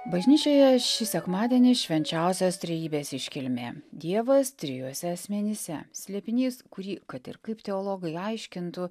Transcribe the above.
bažnyčioje šį sekmadienį švenčiausios trejybės iškilmė dievas trijuose asmenyse slėpinys kurį kad ir kaip teologai aiškintų